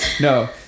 No